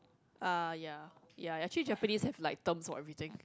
ah ya ya actually Japanese have like term for everything